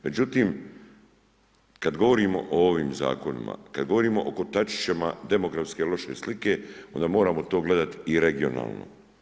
Međutim, kad govorimo o ovim zakonima, kad govorimo o kotačićima demografske loše slike, onda moramo to gledati i regionalno.